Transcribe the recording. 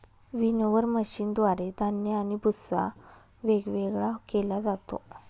winnower मशीनद्वारे धान्य आणि भुस्सा वेगवेगळा केला जातो